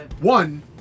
One